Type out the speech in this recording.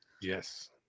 Yes